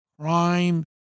crime